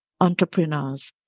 entrepreneurs